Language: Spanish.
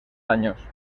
años